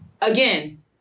again